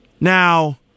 Now